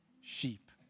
sheep